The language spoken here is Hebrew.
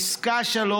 בפסקה (3),